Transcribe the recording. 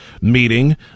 meeting